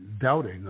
doubting